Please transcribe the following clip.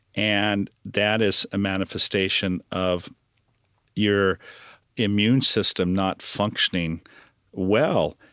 and that is a manifestation of your immune system not functioning well.